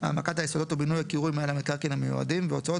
העמקת היסודות ובינוי הקירוי מעל המקרקעין המיודעים והוצאות